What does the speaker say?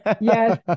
yes